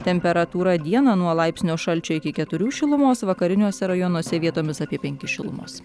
temperatūra dieną nuo laipsnio šalčio iki keturių šilumos vakariniuose rajonuose vietomis apie penki šilumos